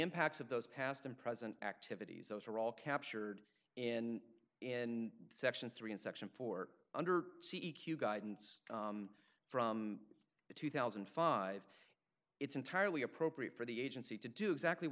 impacts of those past and present activities those are all captured in in section three and section four under c e q guidance from two thousand and five it's entirely appropriate for the agency to do exactly